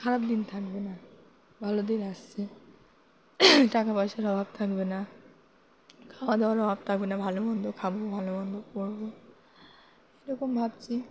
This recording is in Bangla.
খারাপ দিন থাকবে না ভালো দিন আসছে টাকা পয়সার অভাব থাকবে না খাওয়াদাওয়ার অভাব থাকবে না ভালো মন্দ খাবো ভালো মন্দ পরবো এরকম ভাবছি